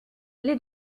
les